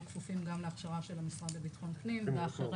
כפופים גם להכשרה של המשרד לבטחון הפנים והאחרים,